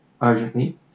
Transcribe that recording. urgently